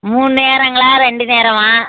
மூணு நேரங்களா ரெண்டு நேரமா